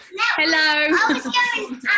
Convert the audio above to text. hello